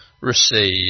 receive